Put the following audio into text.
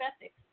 ethics